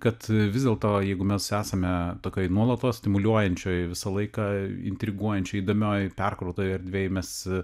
kad vis dėlto jeigu mes esame tokioj nuolatos stimuliuojančioj visą laiką intriguojančioj įdomioj perkrautoj erdvėj mes